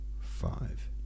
five